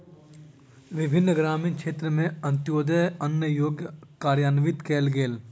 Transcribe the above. विभिन्न ग्रामीण क्षेत्र में अन्त्योदय अन्न योजना कार्यान्वित कयल गेल